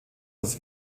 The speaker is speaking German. das